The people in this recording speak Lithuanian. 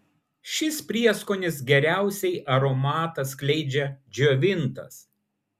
šis prieskonis geriausiai aromatą skleidžia džiovintas